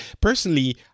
personally